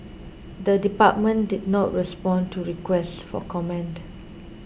the department did not respond to requests for comment